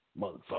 motherfucker